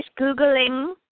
googling